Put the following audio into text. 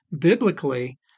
Biblically